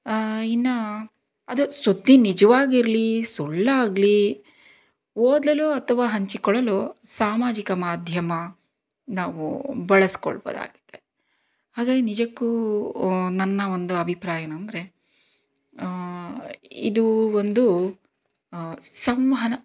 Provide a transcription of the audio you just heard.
ಇನ್ನು ಅದು ಸುದ್ದಿ ನಿಜವಾಗಿರಲಿ ಸುಳ್ಳಾಗಲಿ ಓದಲು ಅಥವಾ ಹಂಚಿಕೊಳ್ಳಲು ಸಾಮಾಜಿಕ ಮಾಧ್ಯಮ ನಾವು ಬಳಸ್ಕೊಳ್ಬೌದಾಗಿದೆ ಹಾಗಾಗಿ ನಿಜಕ್ಕೂ ನನ್ನ ಒಂದು ಅಭಿಪ್ರಾಯ ಏನೆಂದರೆ ಇದು ಒಂದು ಸಂವಹನ